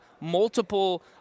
multiple